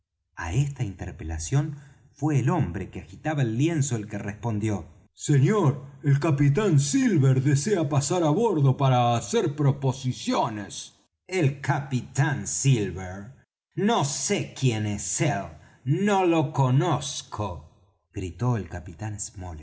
á esta interpelación fué el hombre que agitaba el lienzo el que respondió señor el capitán silver desea pasar á bordo para hacer proposiciones el capitán silver no sé quién es él no lo conozco gritó el capitán